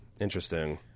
interesting